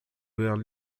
were